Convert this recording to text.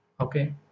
okay